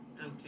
Okay